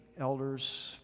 elders